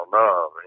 love